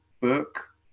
book